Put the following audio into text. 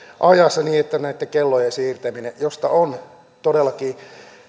ajassa niin että tästä kellojen siirtämisestä josta on todellakin